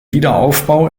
wiederaufbau